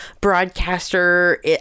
broadcaster